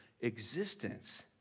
existence